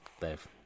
Dave